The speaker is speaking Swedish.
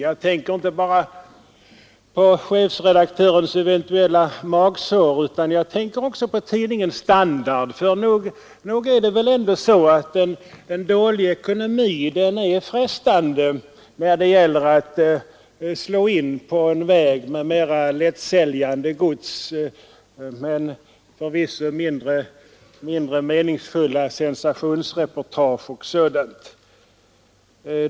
Jag tänker då inte bara på chefredaktörens eventuella magsår utan också på tidningens standard. Med dålig ekonomi följer inte sällan frestelsen att slå in på en väg med mera lättsäljande men förvisso mindre meningsfullt gods, sensationsreportage och sådant.